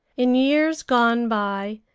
in years gone by,